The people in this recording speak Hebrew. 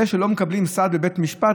זה שלא מקבלים סעד בבית משפט,